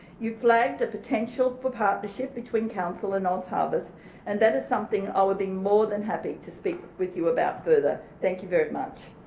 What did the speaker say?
you've flagged the potential for partnership between council and ozharvest and that is something i would be more than happy to speak with you about further. thank you very much.